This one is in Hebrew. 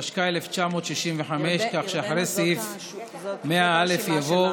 התשכ"ה 1965, כך שאחרי סעיף 100א יבוא: